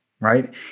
Right